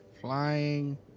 flying